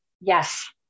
Yes